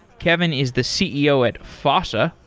kevin is the ceo at fossa,